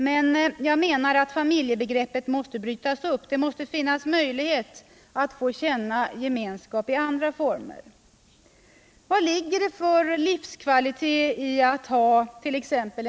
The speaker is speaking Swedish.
Men jag menar att familjebegreppet måste brytas upp. Det måste finnas möjlighet att få känna gemenskap i andra former. Vad ligger det för livskvalitet i att hat.ex.